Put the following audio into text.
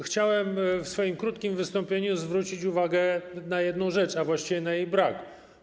Chciałem w swoim krótkim wystąpieniu zwrócić uwagę na jedną rzecz, a właściwie na jej brak.